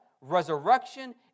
resurrection